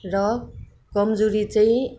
र कमजोरी चाहिँ